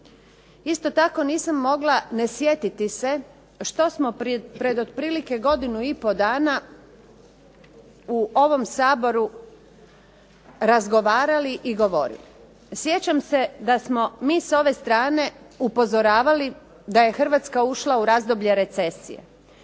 Isto tako, nisam mogla ne sjetiti se što smo pred otprilike godinu i pol dana u ovom Saboru razgovarali i govorili. Sjećam se da smo mi sa ove strane upozoravali da je Hrvatska ušla u razdoblje recesije